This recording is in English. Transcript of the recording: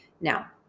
Now